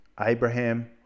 Abraham